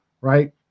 right